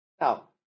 Now